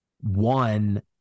one